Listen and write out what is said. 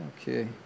Okay